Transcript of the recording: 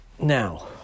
Now